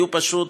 אלה היו פשוט